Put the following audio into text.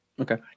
Okay